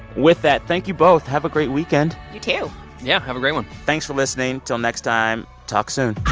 with that, thank you both. have a great weekend you too yeah, have a great one thanks for listening. till next time, talk soon